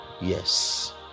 Yes